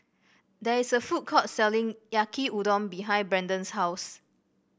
there is a food court selling Yaki Udon behind Brendon's house